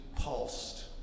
pulsed